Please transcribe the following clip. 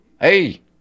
Hey